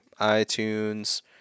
iTunes